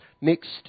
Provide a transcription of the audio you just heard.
Next